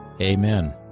Amen